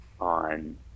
On